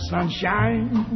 Sunshine